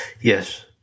Yes